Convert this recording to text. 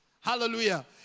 Hallelujah